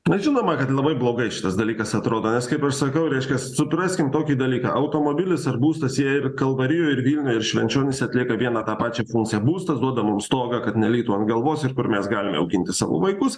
na žinoma kad labai blogai šitas dalykas atrodo nes kaip aš sakau reiškias supraskim tokį dalyką automobilis ar būstas jie ir kalvarijoj ir vilniuj ir švenčionyse atlieka vieną tą pačią funkciją būstas duoda mum stogą kad nelytų ant galvos ir kur mes galim auginti savo vaikus